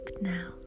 now